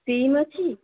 steam ଅଛି